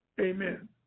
amen